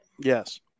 Yes